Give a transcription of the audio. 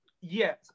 Yes